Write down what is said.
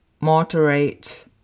moderate